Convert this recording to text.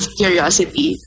curiosity